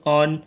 on